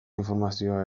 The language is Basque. informazioa